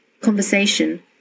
conversation